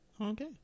Okay